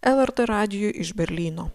lrt radijui iš berlyno